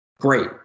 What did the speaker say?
great